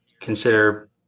consider